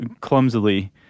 clumsily